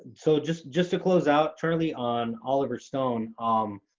so just just to close out charlie on oliver stone, um,